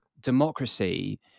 democracy